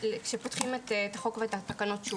כשפותחים את החוק ואת התקנות שוב.